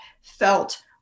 felt